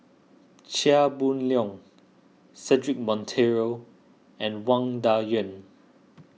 Chia Boon Leong Cedric Monteiro and Wang Dayuan